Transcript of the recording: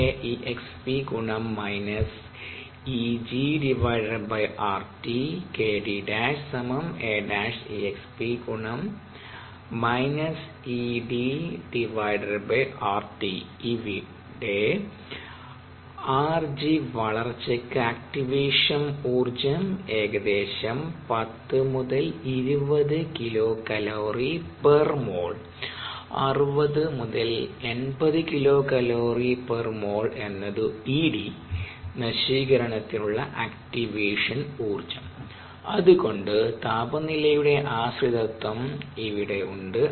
അവിടെ Eg വളർച്ചക്ക് activation ഊർജ്ജം ഏകദേശം 10 20 kcal mol 1 60 80 kcal mol 1 എന്നതു Ed നശീകരണത്തിനുള്ള ആക്ടിവേഷൻ ഊർജം അതുകൊണ്ട് താപനിലയുടെ ആശ്രിതത്വം ഇവിടെ ഉണ്ട്